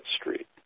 Street